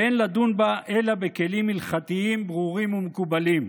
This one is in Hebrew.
ואין לדון בה אלא בכלים הלכתיים ברורים ומקובלים.